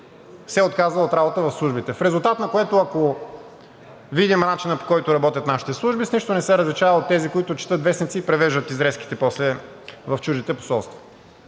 се отказва от работа в Службите. В резултат на което, ако видим начина, по който работят нашите служби, с нищо не се различава от тези, които четат вестници и превеждат изрезките после в чуждите посолства.